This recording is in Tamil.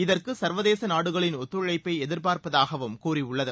இதற்கு சர்வதேச நாடுகளின் ஒத்துழைப்பை எதிர்பார்ப்பதாகவும் கூறியுள்ளது